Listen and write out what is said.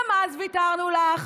גם אז ויתרנו לך.